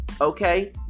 okay